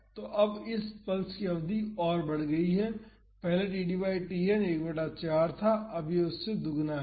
तो अब इस पल्स की अवधि बढ़ गई है पहले td बाई Tn 1 बटा 4 था अब यह उससे दोगुना है